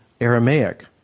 Aramaic